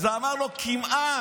אז הוא אמר לו: כמעט.